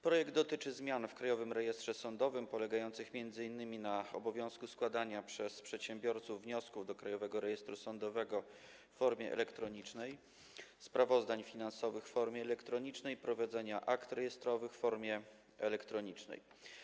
Projekt dotyczy zmian w Krajowym Rejestrze Sądowym polegających m.in. na obowiązku składania przez przedsiębiorców wniosków do Krajowego Rejestru Sądowego w formie elektronicznej, sprawozdań finansowych w formie elektronicznej i prowadzenia akt rejestrowych w formie elektronicznej.